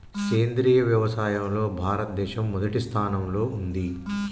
సేంద్రియ వ్యవసాయంలో భారతదేశం మొదటి స్థానంలో ఉంది